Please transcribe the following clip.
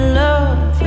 love